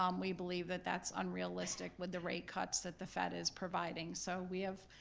um we believe that that's unrealistic with the rate cuts that the fed is providing, so we have